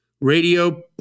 radio